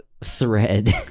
Thread